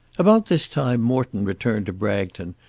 about this time morton returned to bragton,